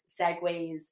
segues